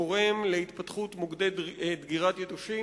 גורם להתפתחות מוקדי דגירת יתושים.